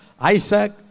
Isaac